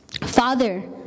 Father